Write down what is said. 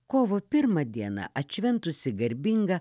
kovo pirmą dieną atšventusį garbingą